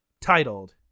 titled